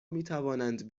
میتوانند